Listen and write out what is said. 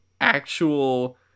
actual